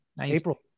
April